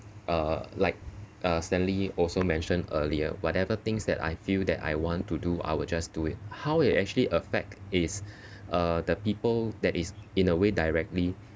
uh like uh stanley also mentioned earlier whatever things that I feel that I want to do I will just do it how it actually affect is uh the people that is in a way directly